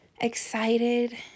excited